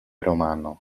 romano